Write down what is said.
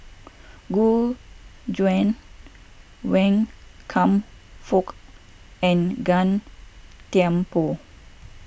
Gu Juan Wan Kam Fook and Gan Thiam Poh